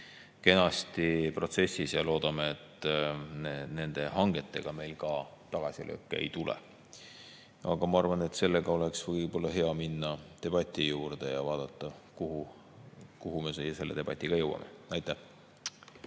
kenasti protsessis ja loodame, et nende hangetega tagasilööke ei tule. Aga ma arvan, et nüüd oleks hea minna debati juurde ja vaadata, kuhu me selle debatiga jõuame. Aitäh!